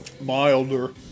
Milder